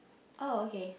oh okay